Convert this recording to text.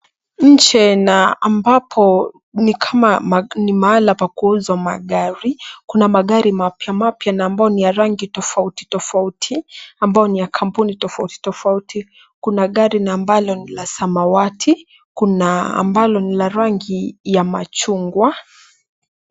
Nje na ambapo ni kama ni mahala pa kuuza magari. Kuna magari mapya mapya na ambayo ni ya rangi tofauti tofauti ambayo ni ya kampuni tofauti tofauti. Kuna gari na ambalo ni la samawati. Kuna ambalo ni la rangi ya machungwa.